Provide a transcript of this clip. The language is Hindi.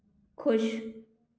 खुश